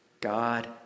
God